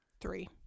Three